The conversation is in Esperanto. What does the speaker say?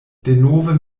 denove